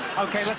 okay,